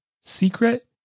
secret